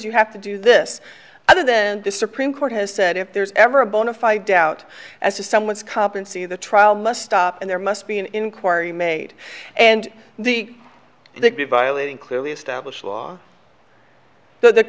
you have to do this other than the supreme court has said if there's ever a bonafide doubt as to someone's comp and see the trial must stop and there must be an inquiry made and the they'd be violating clearly established law